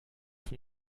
von